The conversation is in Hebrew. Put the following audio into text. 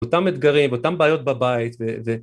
‫באותם אתגרים, באותם בעיות בבית.